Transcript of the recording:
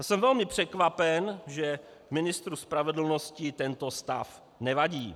Jsem velmi překvapen, že ministru spravedlnosti tento stav nevadí.